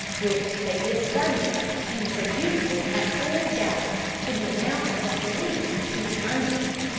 which they did suddenly, and, as usual, at full gallop, to the amount of at least two hundred.